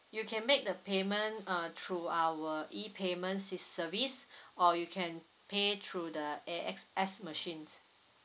you can make the payment uh through our E payment sys~ service or you can pay through the A_X_S machine